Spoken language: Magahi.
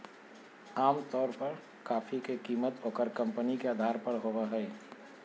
आमतौर पर कॉफी के कीमत ओकर कंपनी के अधार पर होबय हइ